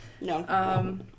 No